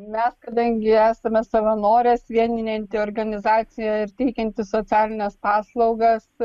mes kadangi esame savanorės vienijanti organizacija ir teikianti socialines paslaugas